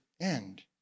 end